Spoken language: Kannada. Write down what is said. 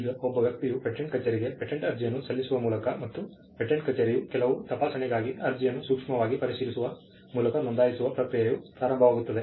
ಈಗ ಒಬ್ಬ ವ್ಯಕ್ತಿಯು ಪೇಟೆಂಟ್ ಕಚೇರಿಗೆ ಪೇಟೆಂಟ್ ಅರ್ಜಿಯನ್ನು ಸಲ್ಲಿಸುವ ಮೂಲಕ ಮತ್ತು ಪೇಟೆಂಟ್ ಕಚೇರಿಯು ಕೆಲವು ತಪಾಸಣೆಗಾಗಿ ಅರ್ಜಿಯನ್ನು ಸೂಕ್ಷ್ಮವಾಗಿ ಪರಿಶೀಲಿಸುವ ಮೂಲಕ ನೋಂದಾಯಿಸುವ ಪ್ರಕ್ರಿಯೆಯು ಪ್ರಾರಂಭವಾಗುತ್ತದೆ